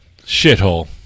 shithole